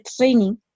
training